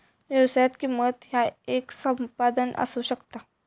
व्यवसायात, किंमत ह्या येक संपादन असू शकता